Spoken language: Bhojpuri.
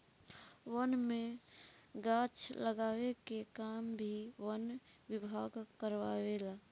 वन में गाछ लगावे के काम भी वन विभाग कारवावे ला